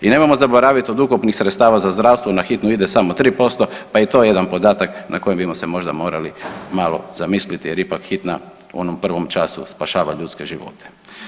I nemojmo zaboraviti od ukupnih sredstava za zdravstvo i na hitnu, ide samo 3%, pa je i to jedan podatak nad kojim bi se morali mali zamisliti jer ipak, hitna u onom prvom času spašava ljudske živote.